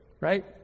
right